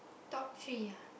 top three ah